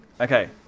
Okay